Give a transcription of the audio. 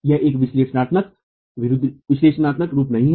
यह एक विश्लेषणात्मक विशुद्ध विश्लेषणात्मक रूप नहीं है